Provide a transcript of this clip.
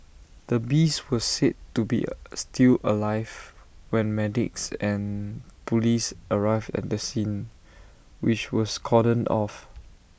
the beast was said to be still alive when medics and Police arrived at the scene which was cordoned off